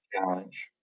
challenge